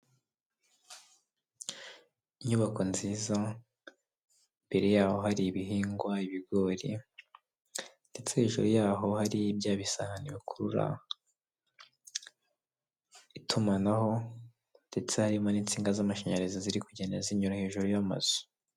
Inyubako nziza mbere yaho hari ibihingwa ibigori ndetse hejuru yaho hari bya bisahani bukurura itumanaho ndetse harimo n'insinga z'amashanyarazi ziri kugenda zinyura hejuru y'amazu.